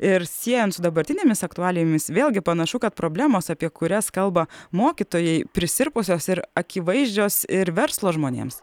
ir siejant su dabartinėmis aktualijomis vėlgi panašu kad problemos apie kurias kalba mokytojai prisirpusios ir akivaizdžios ir verslo žmonėms